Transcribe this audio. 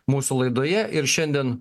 mūsų laidoje ir šiandien